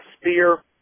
spear